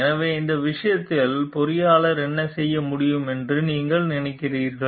எனவே இந்த விஷயத்தில் பொறியாளர் என்ன செய்ய முடியும் என்று நீங்கள் நினைக்கிறீர்கள்